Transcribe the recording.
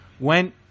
Went